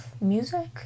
music